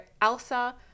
Elsa